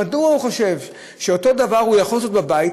מדוע הוא חושב שאותו דבר הוא יכול לעשות בבית